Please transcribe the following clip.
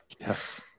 yes